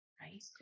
Right